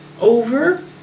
over